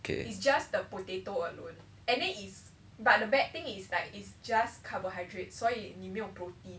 okay